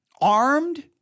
Armed